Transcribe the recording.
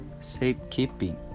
safekeeping